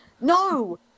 no